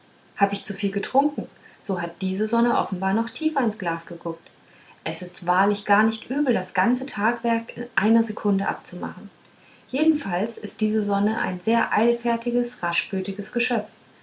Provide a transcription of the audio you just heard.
hab ich zuviel getrunken so hat diese sonne offenbar noch tiefer ins glas geguckt es ist wahrlich gar nicht übel das ganze tagewerk in einer sekunde abzumachen jedenfalls ist diese sonne ein sehr eilfertiges raschblütiges geschöpf